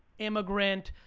immigrant,